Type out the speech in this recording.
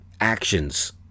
actions